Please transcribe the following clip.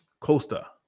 Costa